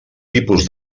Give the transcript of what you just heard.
tipus